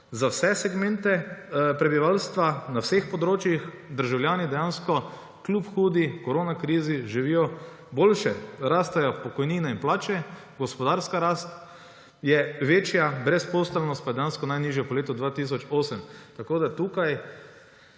za vse segmente prebivalstva na vseh področjih. Državljani dejansko, kljub hudi koronakrizi, živijo boljše, rastejo pokojnine in plače, gospodarska rast je večja, brezposelnost pa je dejansko najnižja po letu 2008. Tako da ste tukaj